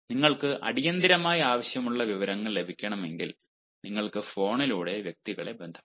നിങ്ങൾക്ക് അടിയന്തിരമായി ആവശ്യമുള്ള വിവരങ്ങൾ ലഭിക്കണമെങ്കിൽ നിങ്ങൾക്ക് ഫോണിലൂടെ വ്യക്തികളെ ബന്ധപ്പെടാം